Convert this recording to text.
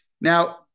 Now